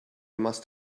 must